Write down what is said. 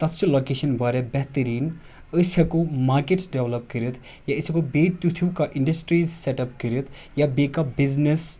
تَتھ چھِ لوکیشَن واریاہ بہتٔریٖن أسۍ ہٮ۪کو مارکیٹس ڈیٚولَپ کٔرِتھ یا أسۍ ہٮ۪کو بیٚیہِ تیُتھ ہیوٗ کانٛہہ اِنڈسٹرٛیٖز سٮ۪ٹَ اپ کٔرِتھ یا بیٚیہِ کانٛہہ بِزنِس